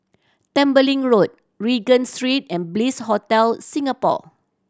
Tembeling Road Regent Street and Bliss Hotel Singapore